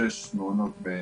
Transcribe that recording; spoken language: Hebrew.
שלושה נוספים ללא קבוצות מגן,